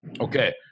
Okay